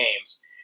games